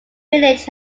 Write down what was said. village